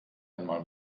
einmal